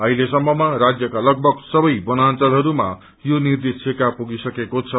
अहिले सम्ममा राज्यका लगभग सबै बनांचलहरूमा यो निर्देशिका पुगिसकेको छ